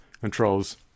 controls